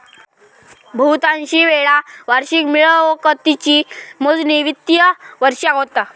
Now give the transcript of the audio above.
बहुतांशी वेळा वार्षिक मिळकतीची मोजणी वित्तिय वर्षाक होता